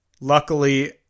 Luckily